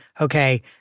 okay